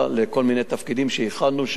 לכל מיני תפקידים שהכנו שם.